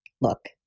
look